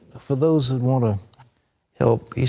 for those that want to help you see,